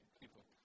people